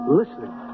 listening